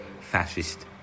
fascist